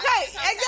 okay